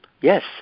yes